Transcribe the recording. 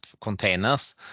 containers